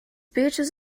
beaches